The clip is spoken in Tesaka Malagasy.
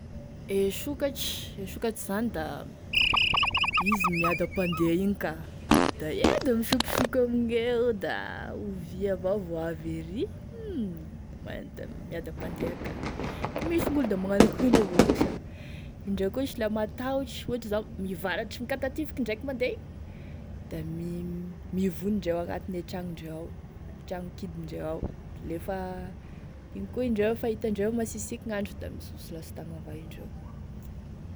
E sokatry, e sokatry zany da izy miadam-pandeha igny ka da eo da misokisoky amigneo, da ovia avao vo avy ery, hum da miadam-pandeha ka misy gn'olo da magnano akonan'io avao koa sa, indreo koa sa la matahotry ohatry zao mivaratry mikatatifiky indraiky mandeha igny, da mi- mivony indreo agnatine tragno ndreo ao tragno kidy ndreo ao lefa igny koa indreo fa itandreo masisiky gn'andro da mizoso lasitagny avao indreo.